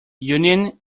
union